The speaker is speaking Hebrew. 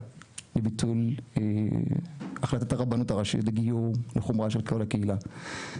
לביטול החלטת הרבנות הראשית לגיור בחומרה של כל הקהילה.